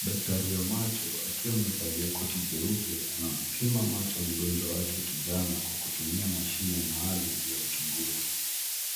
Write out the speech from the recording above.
Daktari wa macho akiwa amevalia koti jeupe anampima macho mgonjwa wake kijana kwa kutumia mashine maalum ya uchunguzi.